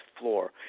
floor